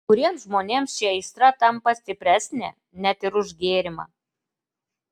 kai kuriems žmonėms ši aistra tampa stipresnė net ir už gėrimą